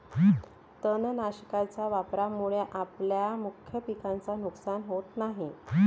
तणनाशकाच्या वापरामुळे आपल्या मुख्य पिकाचे नुकसान होत नाही